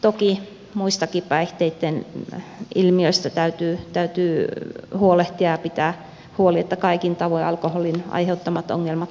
toki muistakin päihteitten ilmiöistä täytyy huolehtia ja pitää huoli että kaikin tavoin alkoholin aiheuttamat ongelmat vähenevät